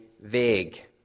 vague